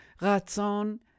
ratzon